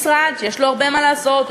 משרד שיש לו הרבה מה לעשות,